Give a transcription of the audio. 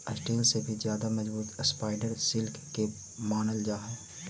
steel से भी ज्यादा मजबूत स्पाइडर सिल्क के मानल जा हई